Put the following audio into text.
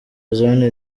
zone